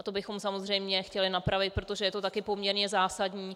To bychom samozřejmě chtěli napravit, protože je to taky zásadní.